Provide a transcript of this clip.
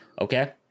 okay